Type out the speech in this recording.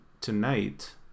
tonight